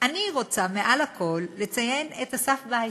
אני רוצה, מעל הכול, לציין את אסף וייס.